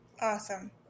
Awesome